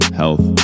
health